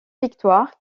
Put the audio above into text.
victoires